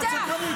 את שקרנית.